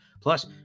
Plus